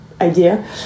idea